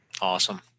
Awesome